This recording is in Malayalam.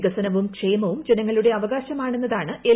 വികസ്മനിപ്പും ക്ഷേമവും ജനങ്ങളുടെ അവകാശമാണെന്നതാണ് എൽ